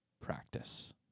practice